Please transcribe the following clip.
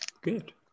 Good